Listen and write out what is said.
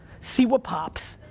see what pops,